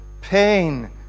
pain